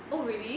oh really